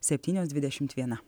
septynios dvidešimt viena